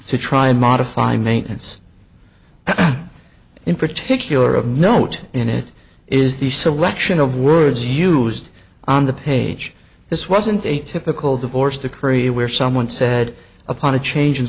to try and modify maintenance in particular of note in it is the selection of words used on the page this wasn't a typical divorce decree where someone said upon a change in